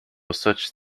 such